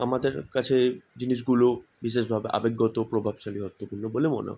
আমাদের কাছে জিনিসগুলো বিশেষভাবে আবেগগত প্রভাবশালী অর্থপূর্ণ বলে মনে